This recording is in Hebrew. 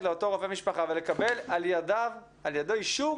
לאותו רופא משפחה ולקבל על ידו אישור